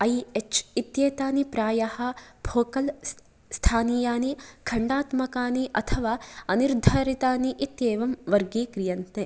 I H इत्येतानि प्रायः focal स्थानीयानि खण्डात्मकानि अथवा अनिर्धारितानि इत्येवं वर्गीक्रियन्ते